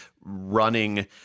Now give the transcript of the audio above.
running